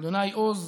"ה' עז